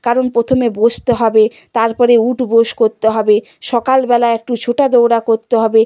কারণ প্রথমে বসতে হবে তার পরে ওঠবোস করতে হবে সকালবেলা একটু ছোটাদৌড়া করতে হবে